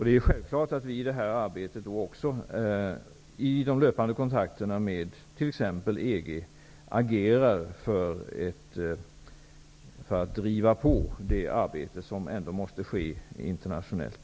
Det är självklart att vi i de löpande kontakterna med t.ex. EG agerar för att driva på det arbete som ändå måste ske internationellt.